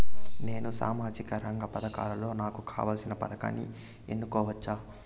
నేను సామాజిక రంగ పథకాలలో నాకు కావాల్సిన పథకాన్ని ఎన్నుకోవచ్చా?